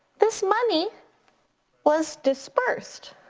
this money was dispersed.